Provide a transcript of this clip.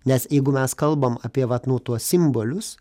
nes jeigu mes kalbam apie vat nu tuos simbolius